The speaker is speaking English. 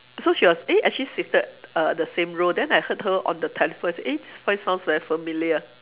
so she was eh actually seated err the same row then I heard her on the telephone I say eh this voice sounds very familiar